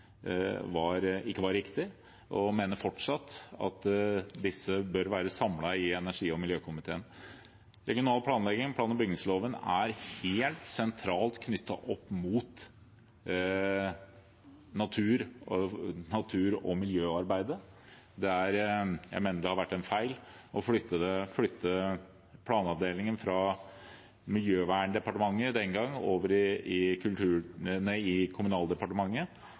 ikke var riktig, og vi mener fortsatt at disse bør være samlet i energi- og miljøkomiteen. Regional planlegging, plan- og bygningsloven, er helt sentralt knyttet opp mot natur- og miljøarbeidet. Jeg mener det var feil å flytte planavdelingen fra Miljøverndepartementet den gang over til Kommunaldepartementet. Det som bør gjøres i neste periode, er at i